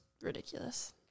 ridiculous